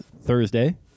Thursday